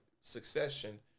succession